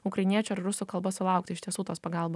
ukrainiečių ar rusų kalba sulaukti iš tiesų tos pagalbo